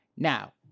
Now